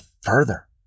further